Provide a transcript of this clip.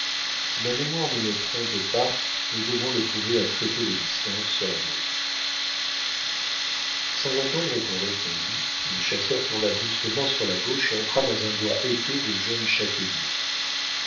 si ma mémoire ne me trompe pas nous devons le trouver à très peu de distance sur la gauche sans attendre qu'on répondît le chasseur tourna brusquement sur la gauche et entra dans un bois épais de jeunes châtaigniers